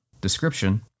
description